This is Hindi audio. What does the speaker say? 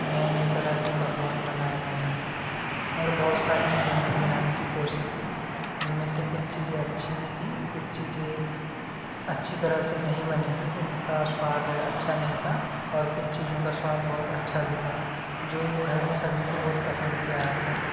नए नए तरह के पकवान बनाए मैंने और बहुत सारी चीज़ें मैंने बनाने की कोशिश की उनमें से कुछ चीज़ें अच्छी भी थी कुछ चीज़ें अच्छी तरह से नहीं बनी थी तो उनका स्वाद अच्छा नहीं था और कुछ चीज़ों का स्वाद बहुत अच्छा भी था जो घर में सभी को बहुत पसंद भी आया था